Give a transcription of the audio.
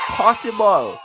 possible